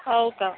हो का